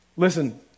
Listen